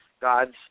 God's